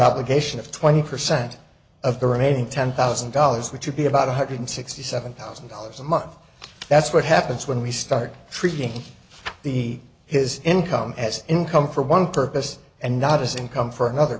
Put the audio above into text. obligation of twenty percent of the remaining ten thousand dollars which would be about one hundred sixty seven thousand dollars a month that's what happens when we start treating the his income as income for one purpose and not as income for another